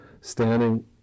standing